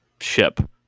ship